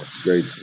great